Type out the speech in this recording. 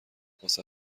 واسه